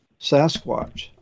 sasquatch